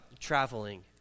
traveling